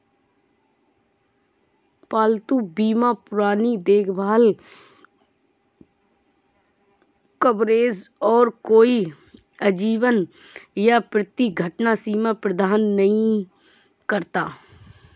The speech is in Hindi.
पालतू बीमा पुरानी देखभाल कवरेज और कोई आजीवन या प्रति घटना सीमा प्रदान नहीं करता